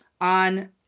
on